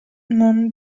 non